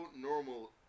normal